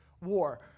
War